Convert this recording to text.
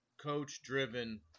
coach-driven